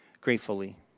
gratefully